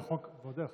ועוד איך,